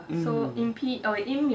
mm